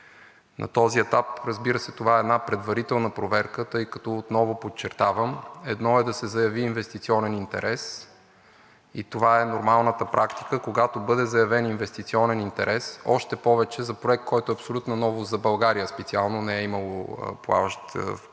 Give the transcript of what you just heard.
На този етап това е една предварителна проверка, тъй като, отново подчертавам, едно е да се заяви инвестиционен интерес и това е нормалната практика, когато бъде заявен инвестиционен интерес, още повече за проект, който е абсолютна новост за България, не е имало плаващи фотоволтаици